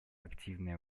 активное